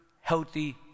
healthy